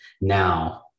now